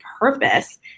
purpose